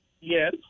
Yes